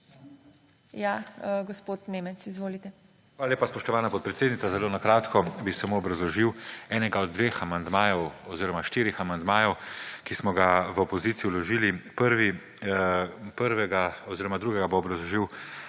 Hvala lepa, spoštovana podpredsednica. Zelo na kratko bi samo obrazložil enega od dveh amandmajev oziroma štirih amandmajev, ki smo ga v opoziciji vložili. Prvega oziroma drugega bo obrazložil